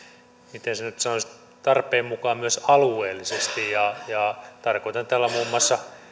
miten sen nyt sanoisi tarpeen mukaan myös alueellisesti ja ja tarkoitan tällä muun muassa